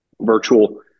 virtual